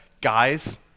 guys